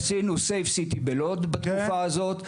עשינו ׳Safe city׳ בלוד בתקופה הזאת,